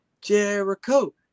Jericho